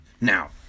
now